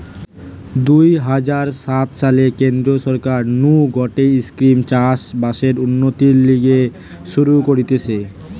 দুই হাজার সাত সালে কেন্দ্রীয় সরকার নু গটে স্কিম চাষ বাসের উন্নতির লিগে শুরু করতিছে